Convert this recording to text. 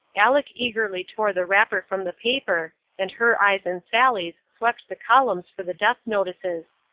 aleck eagerly tore the wrapper from the paper, and her eyes and sally's swept the columns for the death-notices.